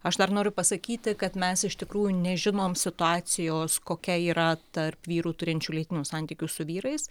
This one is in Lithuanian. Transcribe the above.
aš dar noriu pasakyti kad mes iš tikrųjų nežinom situacijos kokia yra tarp vyrų turinčių lytinius santykius su vyrais